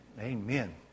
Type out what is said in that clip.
Amen